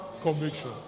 conviction